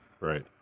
Right